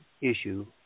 issue